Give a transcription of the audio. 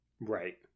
Right